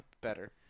better